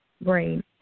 brain